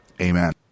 amen